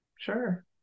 Sure